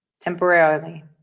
temporarily